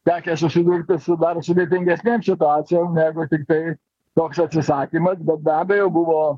tekę susidurti su dar sudėtingesnėm situacijom jeigu tiktai toks atsisakymas bet be abejo buvo